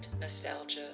nostalgia